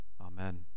Amen